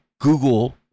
Google